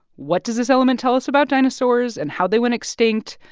what does this element tell us about dinosaurs and how they went extinct?